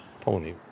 pony